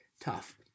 tough